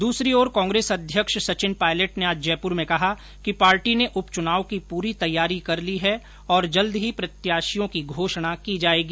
दूसरी ओर कांग्रेस अध्यक्ष सचिन पायलट ने आज जयपुर में कहा कि पार्टी ने उपचुनाव की पूरी तैयारी कर ली है और जल्द ही प्रत्याशियों की घोषणा की जाएगी